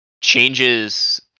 changes